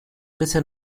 bisher